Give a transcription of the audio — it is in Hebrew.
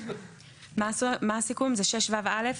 זה 6ו(א)?